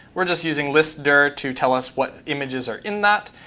we're just using listdir to tell us what images are in that.